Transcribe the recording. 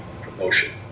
promotion